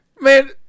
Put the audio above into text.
Man